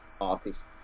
artists